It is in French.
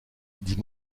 dit